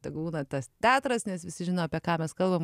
tegul būna tas teatras nes visi žino apie ką mes kalbam